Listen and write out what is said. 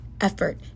effort